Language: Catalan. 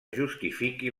justifiqui